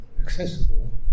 accessible